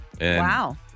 Wow